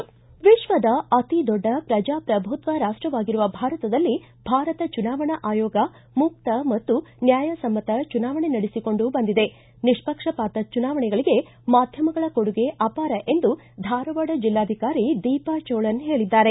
ವಿಶ್ವದ ಅತಿದೊಡ್ಡ ಪ್ರಜಾಪ್ರಭುತ್ವ ರಾಷ್ಟವಾಗಿರುವ ಭಾರತದಲ್ಲಿ ಭಾರತ ಚುನಾವಣಾ ಆಯೋಗ ಮುಕ್ತ ಮತ್ತು ನ್ಕಾಯಸಮ್ಮತ ಚುನಾವಣೆ ನಡೆಸಿಕೊಂಡು ಬಂದಿದೆ ನಿಷ್ಷಕ್ಷಪಾತ ಚುನಾವಣೆಗಳಿಗೆ ಮಾಧ್ಯಮಗಳ ಕೊಡುಗೆ ಆಪಾರ ಎಂದು ಧಾರವಾಡ ಜಿಲ್ಲಾಧಿಕಾರಿ ದೀಪಾ ಚೋಳನ್ ಹೇಳಿದ್ದಾರೆ